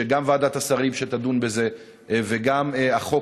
שגם ועדת השרים שתדון בזה וגם הקואליציה,